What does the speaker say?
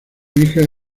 hija